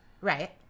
Right